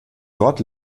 dort